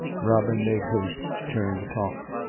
robin made haste to turn the talk.